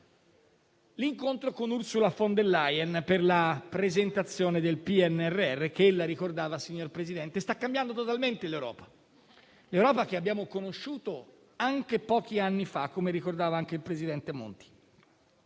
l'incontro con Ursula von der Leyen per la presentazione del PNRR, che lei ricordava, signor Presidente, sta cambiando totalmente l'Europa che abbiamo conosciuto solo pochi anni fa, come ricordava anche il presidente Monti.